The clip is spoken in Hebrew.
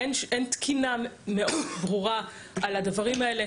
אין תקינה ברורה על הדברים האלה.